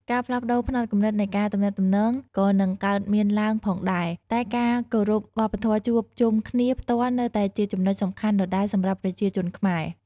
ការផ្លាស់ប្ដូរផ្នត់គំនិតនៃការទំនាក់ទំនងក៏នឹងកើតមានឡើងផងដែរ តែការគោរពវប្បធម៌ជួបជុំគ្នាផ្ទាល់នៅតែជាចំណុចសំខាន់ដដែលសម្រាប់ប្រជាជនខ្មែរ។